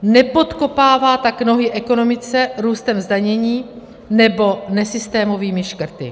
Nepodkopává tak nohy ekonomice růstem zdanění nebo nesystémovými škrty.